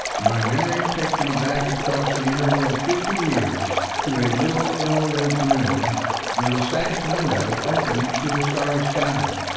my memory takes me back across the interval of fifty years to a little ill-lit room with a sash window open to a starry sky,